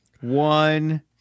One